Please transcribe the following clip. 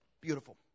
Beautiful